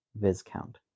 Viscount